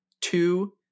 two